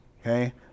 okay